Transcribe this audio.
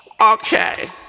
Okay